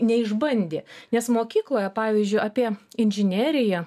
neišbandė nes mokykloje pavyzdžiui apie inžineriją